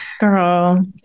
Girl